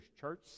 church